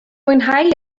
mwynhau